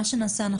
מה שנעשה,